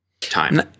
time